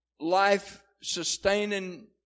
life-sustaining